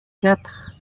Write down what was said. quatre